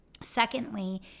Secondly